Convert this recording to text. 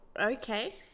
okay